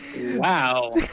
wow